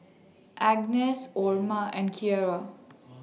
Agness Orma and Kierra